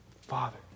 Father